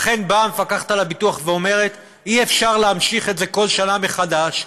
לכן באה המפקחת על הביטוח ואומרת: אי-אפשר להמשיך את זה כל שנה מחדש,